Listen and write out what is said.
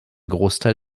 großteil